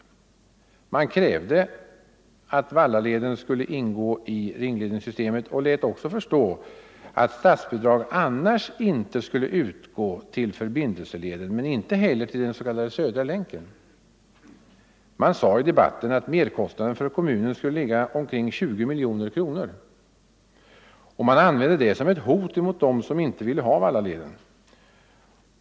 Vägverket krävde att Vallaleden skulle ingå i ringledssystemet och lät förstå att statsbidrag annars inte skulle utgå till förbindelseleden, men inte heller till den s.k. Södra länken. Man sade i debatten att merkostnaden för kommunen då skulle ligga omkring 20 miljoner kronor och använde detta som ett hot mot dem som inte ville ha Vallaleden.